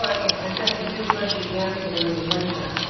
but yeah. i packed your toothbrush, your jammies, and one of your slingshots